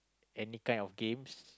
any kind of games